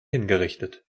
hingerichtet